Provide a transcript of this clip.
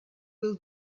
will